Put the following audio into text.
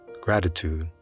Gratitude